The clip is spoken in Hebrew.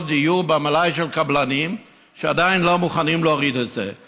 דיור במלאי של קבלנים שעדיין לא מוכנים להוריד את זה.